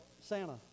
Santa